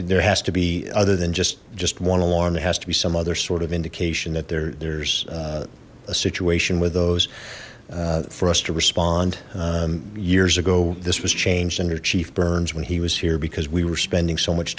there has to be other than just just one alarm it has to be some other sort of indication that there there's a situation with those for us to respond years ago this was changed under chief burns when he was here because we were spending so much